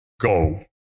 go